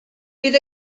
bydd